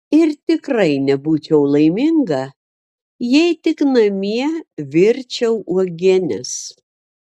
ir tikrai nebūčiau laiminga jei tik namie virčiau uogienes